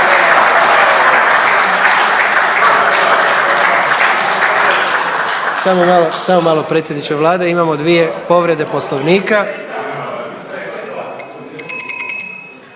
samo malo predsjedniče vlade imamo dvije povrede Poslovnika.